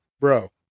bro